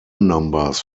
numbers